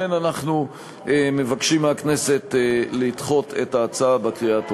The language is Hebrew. לכן אנחנו מבקשים מהכנסת לדחות את ההצעה בקריאה הטרומית.